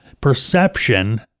Perception